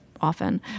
often